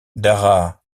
dara